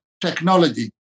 technology